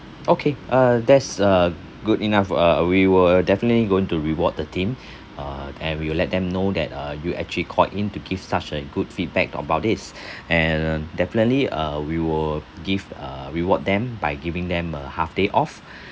okay uh that's uh good enough uh we will definitely going to reward the team uh and we will let them know that uh you actually called in to give such a good feedback about this and uh definitely uh we will give uh reward them by giving them a half day off